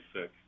sick